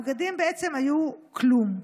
הבגדים בעצם היו כלום.